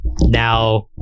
now